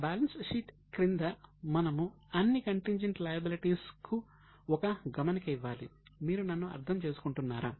కాబట్టి balance sheet క్రింద మనము అన్ని కంటింజెంట్ లయబిలిటీస్ కు ఒక గమనిక ఇవ్వాలి మీరు నన్ను అర్థం చేసుకుంటున్నారా